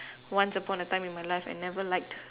once upon a time in my life I never liked